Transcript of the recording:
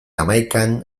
hamaikan